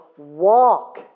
Walk